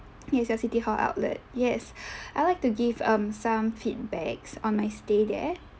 yes your city hall outlet yes I like to give um some feedbacks on my stay there